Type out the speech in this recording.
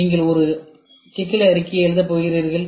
நீங்கள் ஒரு சிக்கல் அறிக்கையை எழுதப் போகிறீர்கள்